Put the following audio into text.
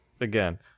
again